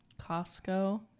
Costco